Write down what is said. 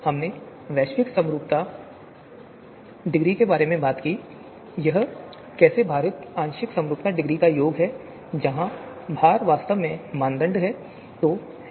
हमने वैश्विक समरूपता डिग्री के बारे में बात की यह कैसे भारित आंशिक समरूपता डिग्री का योग है जहां भार वास्तव में मानदंड भार हैं